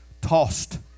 tossed